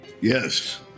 Yes